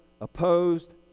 opposed